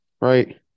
right